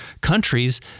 countries